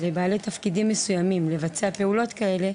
לבעלי תפקידים מסוימים לבצע פעולות כאלה,